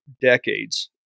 decades